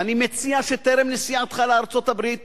ואני מציע שטרם נסיעתך לארצות-הברית